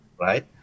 right